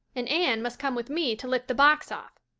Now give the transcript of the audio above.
and anne must come with me to lift the box off.